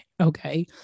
okay